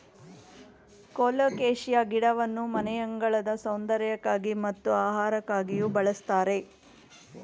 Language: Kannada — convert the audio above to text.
ಕೊಲೋಕೇಶಿಯ ಗಿಡವನ್ನು ಮನೆಯಂಗಳದ ಸೌಂದರ್ಯಕ್ಕಾಗಿ ಮತ್ತು ಆಹಾರಕ್ಕಾಗಿಯೂ ಬಳ್ಸತ್ತರೆ